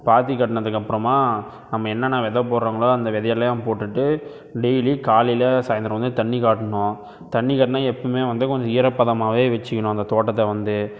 பாத்தி கட்டினதுக்கப்றமா நம்ம என்னான்னா வெத போடறாங்களோ அந்த வெதையல்லாம் போட்டுட்டு டெய்லி காலையில் சாயந்திரம் வந்து தண்ணி காட்டணும் தண்ணி காட்டினா எப்பவுமே வந்து கொஞ்சம் ஈரப்பதமாகவே வைச்சிக்குணும் அந்த தோட்டத்தை வந்து